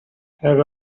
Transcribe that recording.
had